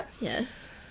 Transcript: yes